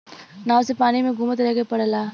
नाव से पानी में घुमत रहे के पड़ला